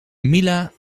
mila